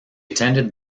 attended